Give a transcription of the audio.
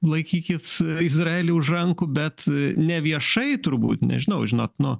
laikykit izraelį už rankų bet ne viešai turbūt nežinau žinot nu